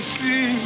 see